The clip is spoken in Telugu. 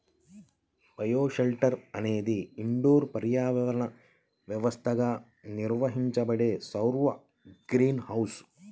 బయోషెల్టర్ అనేది ఇండోర్ పర్యావరణ వ్యవస్థగా నిర్వహించబడే సౌర గ్రీన్ హౌస్